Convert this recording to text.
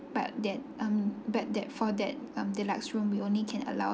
but that um but that for that um deluxe room we only can allow